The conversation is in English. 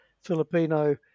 Filipino